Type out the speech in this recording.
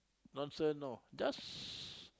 nonsense no